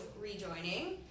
rejoining